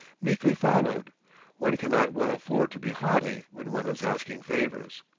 meekly followed one can not well afford to be haughty when one is asking favors.